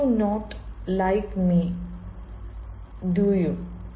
U too not like me to U